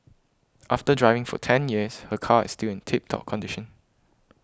after driving for ten years her car is still in tip top condition